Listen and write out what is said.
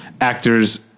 actors